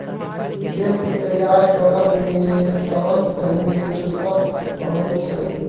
खेत केँ तैयार करब मे सबसँ पहिने जोतब अबै छै